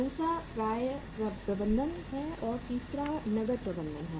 दूसरा प्राप्य प्रबंधन है और तीसरा नकद प्रबंधन है